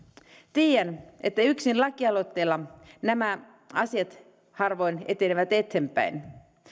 tiedän että yksin lakialoitteella nämä asiat harvoin etenevät eteenpäin